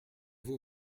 vous